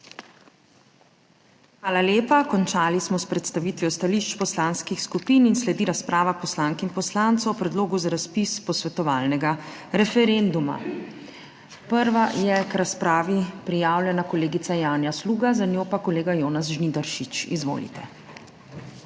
Hvala lepa. Končali smo s predstavitvijo stališč poslanskih skupin in sledi razprava poslank in poslancev o Predlogu za razpis posvetovalnega referenduma. Prva je k razpravi prijavljena kolegica Janja Sluga, za njo pa kolega Jona Žnidaršič. Izvolite.